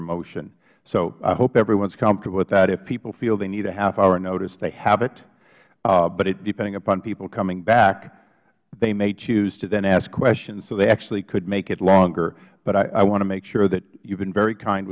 motion so i hope everyone's comfortable with that if people feel they need a half hour notice they have it but depending upon people coming back they may choose to then ask questions so they actually could make it longer but i want to make sure thath you have been very kind